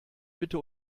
bitte